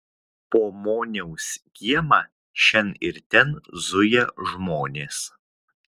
po moniaus kiemą šen ir ten zuja žmonės